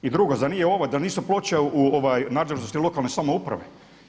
I drugo, zar nije ovo da nisu ploče u nadležnosti lokalne samouprave?